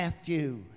Matthew